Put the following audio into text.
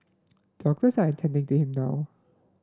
doctors are attending to him now